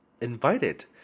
invited